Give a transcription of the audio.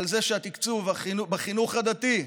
והתקצוב בחינוך הדתי,